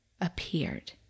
appeared